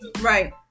Right